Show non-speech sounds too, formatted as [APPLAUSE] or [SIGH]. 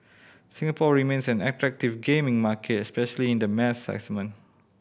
Singapore remains an attractive gaming market especially in the mass [UNINTELLIGIBLE]